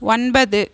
ஒன்பது